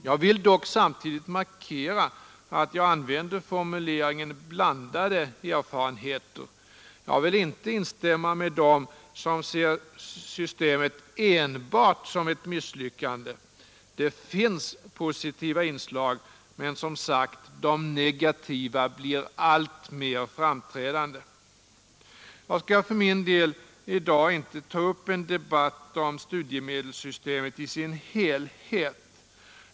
Jag vill dock samtidigt markera att jag använder formuleringen ”blandade” erfarenheter. Jag vill inte instämma med dem som ser systemet enbart som ett misslyckande. Det finns positiva inslag, men de negativa blir som sagt alltmer framträdande. Jag skall för min del i dag inte ta upp en debatt om studiemedelssyste met i dess helhet.